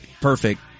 Perfect